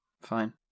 Fine